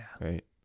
Right